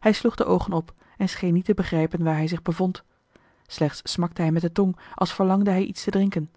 hij sloeg de oogen op en scheen niet te begrijpen waar hij zich bevond slechts smakte hij met de tong als verlangde hij iets te drinken